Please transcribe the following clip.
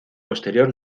posterior